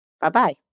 bye-bye